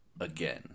again